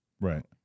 right